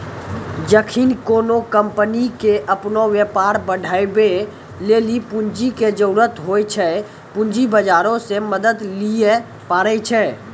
जखनि कोनो कंपनी के अपनो व्यापार बढ़ाबै लेली पूंजी के जरुरत होय छै, पूंजी बजारो से मदत लिये पाड़ै छै